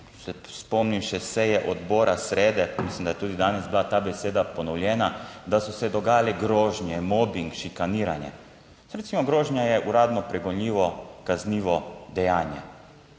spomnim še seje odbora, srede, mislim, da je tudi danes bila ta beseda ponovljena, da so se dogajale grožnje, mobing, šikaniranje. Recimo grožnja je uradno pregonljivo kaznivo dejanje.